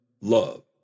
love